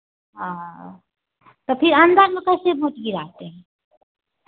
तो फिर अंदर में कैसे वोट गिराते हैं